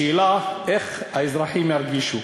השאלה, איך האזרחים ירגישו.